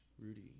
Rudy